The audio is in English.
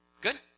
Good